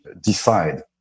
decide